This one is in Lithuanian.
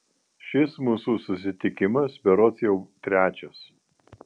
šis mūsų susitikimas berods jau trečias